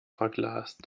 verglast